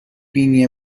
بینی